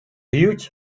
huge